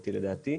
מהותי לדעתי.